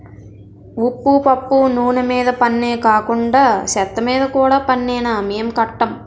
ఉప్పు పప్పు నూన మీద పన్నే కాకండా సెత్తమీద కూడా పన్నేనా మేం కట్టం